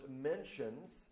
mentions